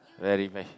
really meh